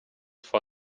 for